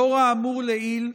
לאור האמור לעיל,